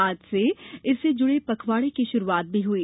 आज से इससे जुड़े पखवाड़े की शुरूआत भी हई